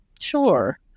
Sure